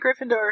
Gryffindor